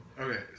Okay